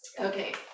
Okay